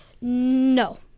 No